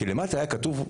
כי למטה היה כתוב,